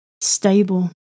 stable